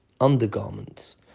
undergarments